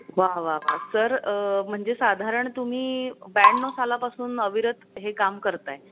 वा वा वा सर म्हणजे साधारण तुम्ही ब्याण्णव सालापासून अविरत हे काम करत आहे